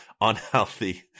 unhealthy